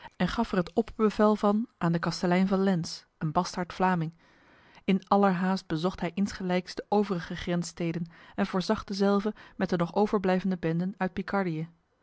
en gaf er het opperbevel van aan de kastelein van lens een bastaardvlaming in allerhaast bezocht hij insgelijks de overige grenssteden en voorzag dezelve met de nog overblijvende benden uit